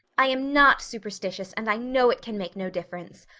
i am not superstitious and i know it can make no difference.